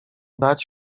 dać